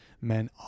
men